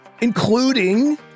including